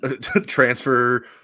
transfer